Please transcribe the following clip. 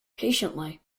patiently